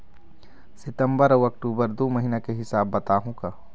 सितंबर अऊ अक्टूबर दू महीना के हिसाब बताहुं का?